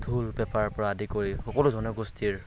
ঢোল পেঁপাৰ পৰা আদি কৰি সকলো জনগোষ্ঠীৰ